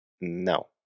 No